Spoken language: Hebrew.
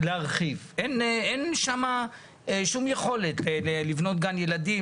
אין שם שום יכולת לבנות גן ילדים,